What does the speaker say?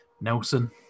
Nelson